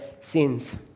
sins